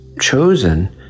chosen